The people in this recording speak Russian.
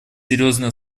серьезные